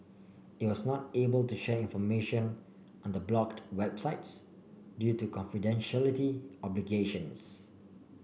it was not able to share information on the blocked websites due to confidentiality obligations